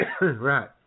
Right